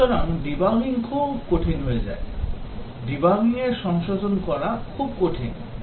সুতরাং ডিবাগিং খুব কঠিন হয়ে যায় ডিবাগিং এবং সংশোধন করা খুব কঠিন হয়ে যায়